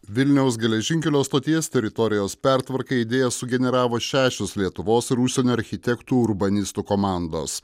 vilniaus geležinkelio stoties teritorijos pertvarkai idėjas sugeneravo šešios lietuvos ir užsienio architektų urbanistų komandos